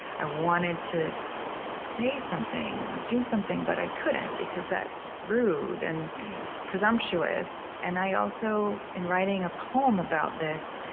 i wanted to say something or do something, but i couldn't, because that's rude and presumptuous. and i also, in writing a poem about this,